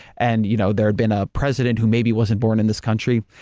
and you know there had been a president who maybe wasn't born in this country.